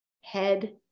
head